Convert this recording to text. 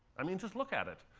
i mean, just look at it.